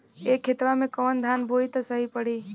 ए खेतवा मे कवन धान बोइब त सही पड़ी?